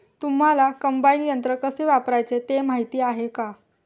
तुम्हांला कम्बाइन यंत्र कसे वापरायचे ते माहीती आहे का?